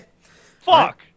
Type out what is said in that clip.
Fuck